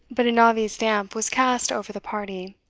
but an obvious damp was cast over the party